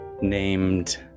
named